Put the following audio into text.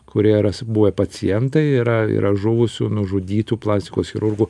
kurie yra buvę pacientai yra yra žuvusių nužudytų plastikos chirurgų